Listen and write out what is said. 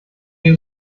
die